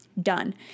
done